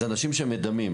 אלה אנשים שמדמים.